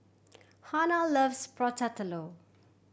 Hanna loves Prata Telur